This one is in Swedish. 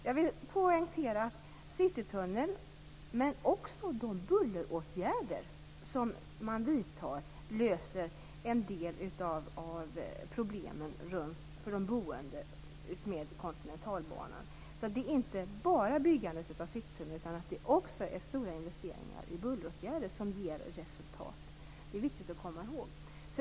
Jag vill poängtera att Citytunneln men också de bulleråtgärder som man vidtar löser en del av problemen för de boende utmed Kontinentalbanan. Det är inte enbart byggandet av Citytunneln utan det är också stora investeringar i bulleråtgärder som ger resultat. Det är viktigt att komma ihåg.